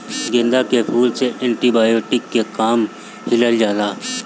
गेंदा के फूल से एंटी बायोटिक के काम लिहल जाला